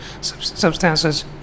substances